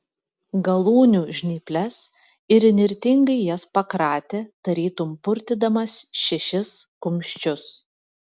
galūnių žnyples ir įnirtingai jas pakratė tarytum purtydamas šešis kumščius